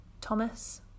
thomas